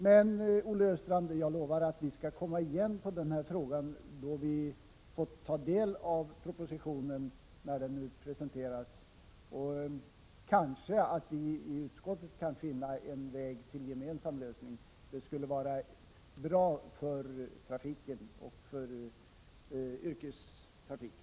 Men jag lovar, Olle Östrand, att vi skall komma igen i denna fråga då vi fått ta del av propositionen, när den nu presenteras. Kanske vi i utskottet kan finna en väg till gemensam lösning. Det skulle vara bra för yrkestrafiken.